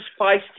feisty